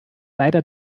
leider